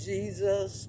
Jesus